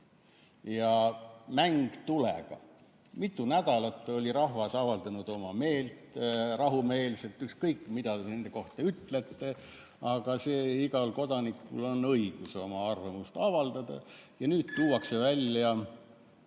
mäng tulega. Mitu nädalat oli rahvas avaldanud rahumeelselt meelt. Ükskõik mida te nende kohta ütlete, igal kodanikul on õigus oma arvamust avaldada. Ja nüüd tuuakse välja